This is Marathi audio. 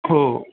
हो